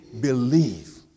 believe